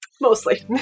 Mostly